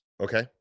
okay